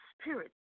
Spirit